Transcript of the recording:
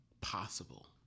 possible